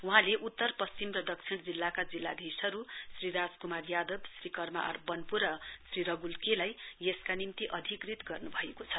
वहाँले उत्तर पश्चिम र दक्षिण जिल्लाका जिल्लाधीशहरू श्री राज कुमार यादव श्री कर्म आर वन्पो र श्री रगुल के लाई यसका निम्ति अधिकृत गर्नुभएको छ